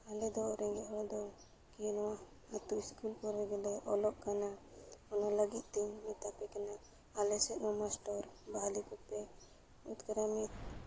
ᱟᱞᱮ ᱫᱚ ᱨᱮᱸᱜᱮᱡ ᱦᱚᱲ ᱫᱚ ᱠᱤ ᱱᱚᱣᱟ ᱟᱛᱳ ᱥᱠᱩᱞ ᱠᱚᱨᱮ ᱜᱮᱞᱮ ᱚᱞᱚᱜ ᱠᱟᱱᱟ ᱚᱱᱟ ᱞᱟᱹᱜᱤᱫ ᱛᱮᱧ ᱢᱮᱛᱟ ᱯᱮ ᱠᱟᱱᱟ ᱟᱞᱮ ᱥᱮᱫ ᱦᱚᱸ ᱢᱟᱥᱴᱚᱨ ᱵᱟᱦᱟᱞᱤ ᱠᱚᱯᱮ ᱩᱫᱽᱠᱨᱟᱢᱤᱛ